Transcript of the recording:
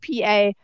PA